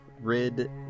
rid